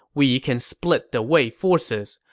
we can split the wei forces.